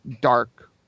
dark